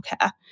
care